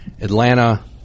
Atlanta